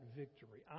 victory